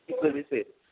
इस वजह से